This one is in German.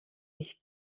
nicht